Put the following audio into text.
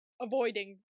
Avoiding